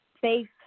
faith